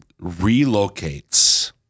relocates